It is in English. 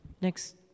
Next